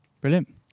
Brilliant